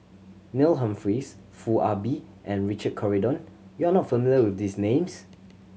Neil Humphreys Foo Ah Bee and Richard Corridon you are not familiar with these names